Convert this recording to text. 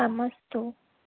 आम् अस्तु